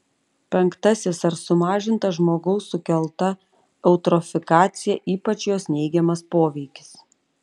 penktasis ar sumažinta žmogaus sukelta eutrofikacija ypač jos neigiamas poveikis